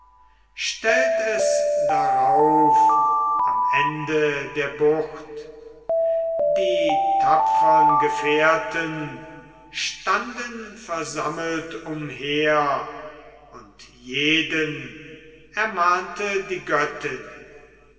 stellt es darauf am ende der bucht die tapfern gefährten standen versammelt umher und jeden ermahnte die göttin